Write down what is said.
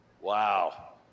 Wow